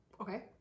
Okay